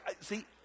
see